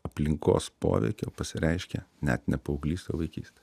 aplinkos poveikio pasireiškia net ne paauglystė o vaikystė